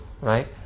right